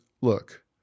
look